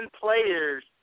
players